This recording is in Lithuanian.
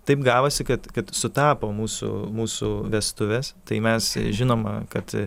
taip gavosi kad kad sutapo mūsų mūsų vestuvės tai mes žinoma kad